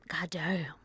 Goddamn